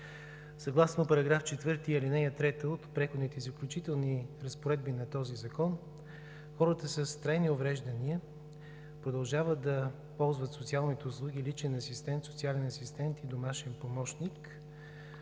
Съгласно § 4, ал. 3 от Преходните и заключителните разпоредби на този закон, хората с трайни увреждания продължават да ползват социалните услуги „Личен асистент“, „Социален асистент“ и „Домашен помощник“